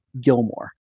Gilmore